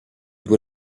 due